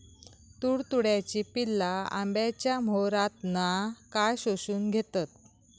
तुडतुड्याची पिल्ला आंब्याच्या मोहरातना काय शोशून घेतत?